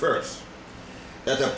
first that's a